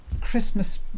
Christmas